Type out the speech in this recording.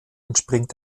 entspringt